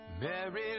Mary